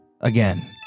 again